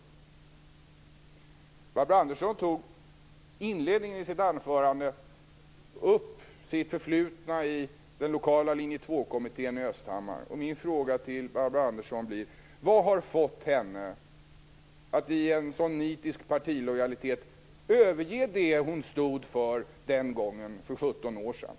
Barbro Andersson tog i inledningen av sitt anförande upp sitt förflutna i den lokala linje 2-kommittén i Östhammar. Min fråga till Barbro Andersson blir: Vad har fått Barbro Andersson att i en nitisk partilojalitet överge det hon stod för den gången för 17 år sedan?